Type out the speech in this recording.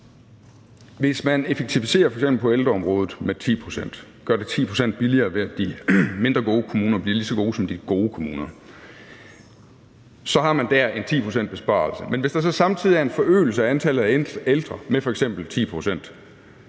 Hvis man effektiviserer f.eks. på ældreområdet med 10 pct. og gør det 10 pct. billigere, ved at de mindre gode kommuner bliver lige så gode som de gode kommuner, så har man dér en 10-procentsbesparelse. Men hvis der så samtidig er en forøgelse af antallet af ældre på f.eks.